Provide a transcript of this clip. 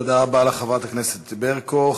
תודה רבה לחברת הכנסת ברקו.